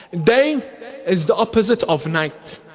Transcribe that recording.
and day is the opposite of night,